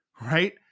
right